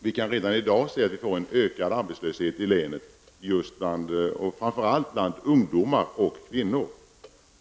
Vi kan redan i dag förutse en ökad arbetslöshet i länet framför allt bland ungdomar och kvinnor.